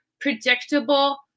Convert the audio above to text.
predictable